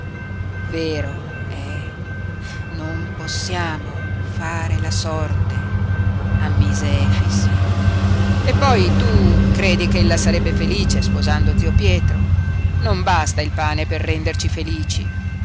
vero è non possiamo fare la sorte ammise efix eppoi tu credi ch'ella sarebbe felice sposando zio pietro non basta il pane per renderci felici